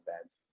events